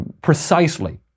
Precisely